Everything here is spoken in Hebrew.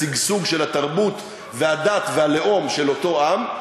לשגשוג של התרבות והדת והלאום של אותו עם,